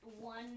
one